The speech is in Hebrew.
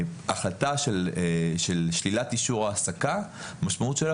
החלטה של שלילת אישור העסקה המשמעות שלה